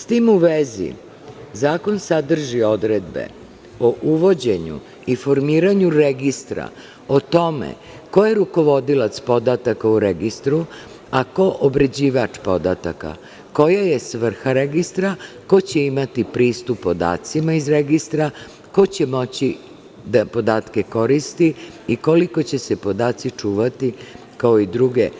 S tim u vezi, zakon sadrži odredbe o uvođenju i formiranju registra o tome ko je rukovodilac podataka u registru, a ko obrađivač podataka, koja je svrha registra, ko će imati pristup podacima iz registra, ko će moći da podatke koristi i koliko će se podaci čuvati, kao i druge